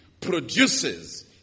produces